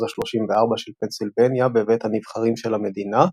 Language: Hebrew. ה-34 של פנסילבניה בבית הנבחרים של המדינה,